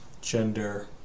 gender